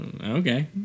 Okay